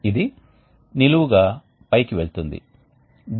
ఇప్పుడు మేము వేడి పైపుల గురించి చర్చించి ఆపై కాయిల్స్ చుట్టూ గురించి చర్చిస్తాము